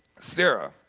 Sarah